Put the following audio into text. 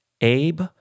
Abe